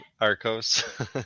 Arcos